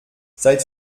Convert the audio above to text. seit